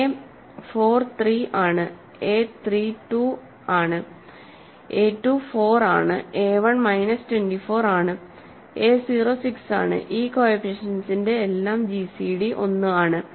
a 4 3ആണ് a 3 2 ആണ് a 2 4 ആണ് a 1 മൈനസ് 24 ആണ് a 0 6 ആണ് ഈ കോഎഫിഷ്യന്റ്സിന്റെ എല്ലാം gcd 1 ആണ്